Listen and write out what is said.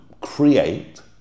create